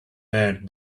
where